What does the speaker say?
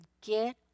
get